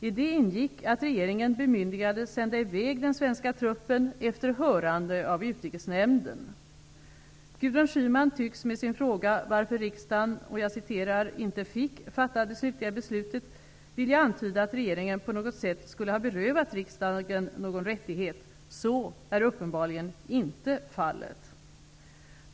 I det ingick att regeringen bemyndigades sända i väg den svenska truppen efter hörande av Utrikesnämnden. Gudrun Schyman tycks med sin fråga varför riksdagen ''inte fick'' fatta det slutliga beslutet vilja antyda att regeringen på något sätt skulle ha berövat riksdagen någon rättighet. Så är uppenbarligen inte fallet.